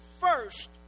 first